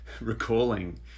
recalling